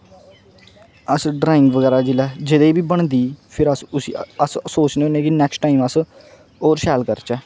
अस ड्रांइग बगैरा जिसले जेह्दे च बी बनदी फिर अस उसी अस अस सोचने होन्ने कि नेक्सट टाइम अस होर शैल करचै